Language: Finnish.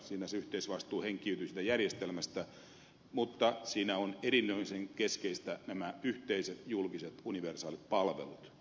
siinä yhteisvastuu henkiytyy siitä järjestelmästä mutta siinä on erinomaisen keskeistä nämä yhteiset julkiset universaalit palvelut